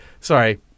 sorry